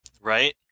right